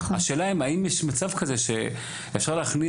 השאלה האם יש מצב כזה שאפשר להכניס,